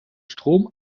strom